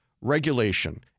regulation